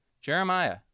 Jeremiah